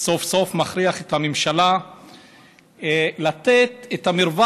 סוף-סוף מכריח את הממשלה לתת את המרחב